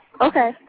Okay